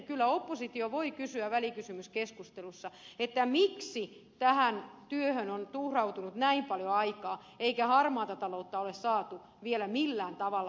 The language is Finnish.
kyllä oppositio voi kysyä välikysymyskeskustelussa miksi tähän työhön on tuhrautunut näin paljon aikaa eikä harmaata taloutta ole saatu vielä millään tavalla kuriin